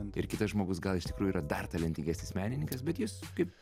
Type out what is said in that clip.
ir kitas žmogus gal iš tikrųjų yra dar talentingesnis menininkas bet jis kaip